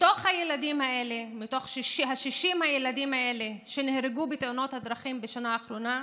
מתוך 60 הילדים האלה שנהרגו בתאונות דרכים בשנה האחרונה,